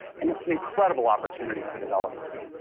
and it's an incredible opportunity for developers.